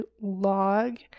log